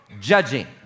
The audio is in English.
Judging